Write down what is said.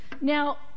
Now